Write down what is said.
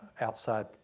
outside